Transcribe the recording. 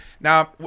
Now